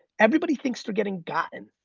everybody thinks they're getting gotten.